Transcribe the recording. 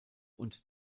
und